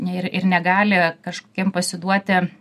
ir ir negali kažkokiem pasiduoti